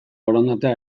borondatea